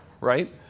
Right